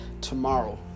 tomorrow